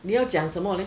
你要讲什么 leh